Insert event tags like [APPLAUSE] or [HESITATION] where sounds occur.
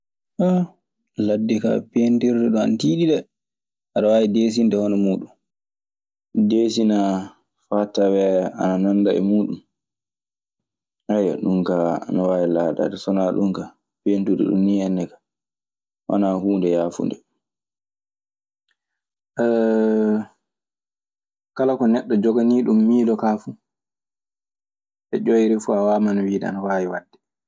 [HESITATION] ladde kaa pentirde ɗun ana tiiɗi dee. Aɗe waawi deesinde hono muuɗun. Deesinaa faa tawee ana nannda e muuɗun. [HESITATION] Ɗun kaa ana waawi laataade. So wanaa ɗun kaa, peentude ɗun nii enna kaa wanaa huunde yaafunde. [HESITATION] Kala ko neɗɗo joganii ɗun miilo kaa fu e ƴoyre fu a waamana wiide ana waawi wadde.